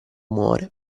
muore